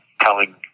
telling